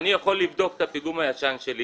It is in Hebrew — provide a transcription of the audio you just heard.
אני יכול לבדוק את הפיגום הישן שלי